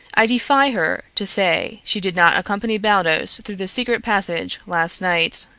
i defy her to say she did not accompany baldos through the secret passage last night.